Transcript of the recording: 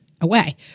away